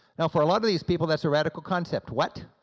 now for a lot of these people that's a radical concept, what,